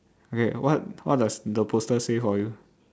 okay what what does the poster say for you